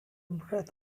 breath